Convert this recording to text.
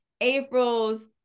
april's